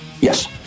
Yes